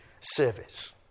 service